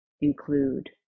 include